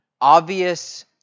obvious